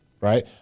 right